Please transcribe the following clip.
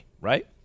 right